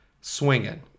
swinging